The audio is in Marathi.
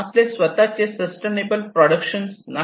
आपले स्वतःचे सस्टेनेबल प्रोडक्शन नाही